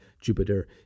Jupiter